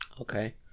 Okay